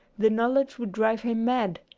the knowledge would drive him mad.